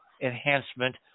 enhancement